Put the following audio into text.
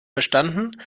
verstanden